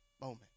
moment